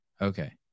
okay